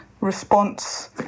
response